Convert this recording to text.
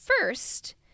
first